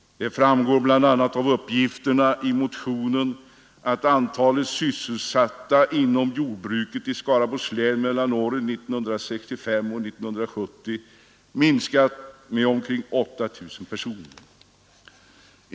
Det framgår bl.a. av uppgifterna i motionen att antalet sysselsatta inom jordbruket i Skaraborgs län mellan åren 1965 och 1970 har minskat med omkring 8 000 personer.